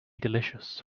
delicious